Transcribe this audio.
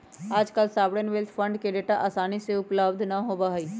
आजकल sovereign wealth fund के data आसानी से उपलब्ध ना होबा हई